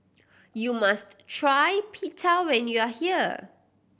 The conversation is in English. you must try Pita when you are here